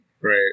right